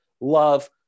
love